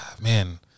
man